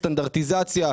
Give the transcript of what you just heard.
סטנדרטיזציה,